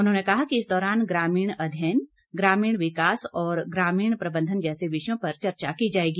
उन्होंने कहा कि इस दौरान ग्रामीण अध्ययन ग्रामीण विकास और ग्रामीण प्रबंधन जैसे विषयों पर चर्चा की जाएगी